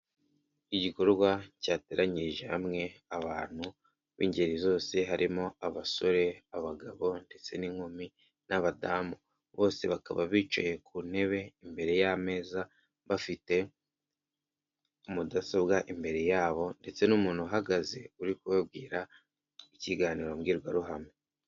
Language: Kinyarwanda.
Igikorwa cyateranyirije hamwe abantu b'ingeri zose harimo abasore, abagabo ndetse n'inkumi n'abadamu bose bakaba bicaye ku ntebe, imbere y'ameza bafite mudasobwa imbere yabo ndetse n'umuntu uhagaze uri kubabwira ikiganiro mbwirwaruhame.